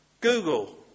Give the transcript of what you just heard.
Google